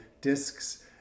discs